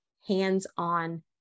hands-on